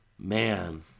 Man